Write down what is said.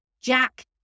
Jack